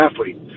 athlete